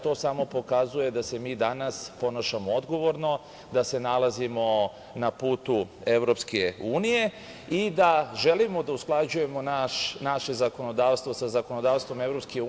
To samo pokazuje da se mi danas ponašamo odgovorno, da se nalazimo na putu EU i da želimo da usklađujemo naše zakonodavstvo za zakonodavstvom EU.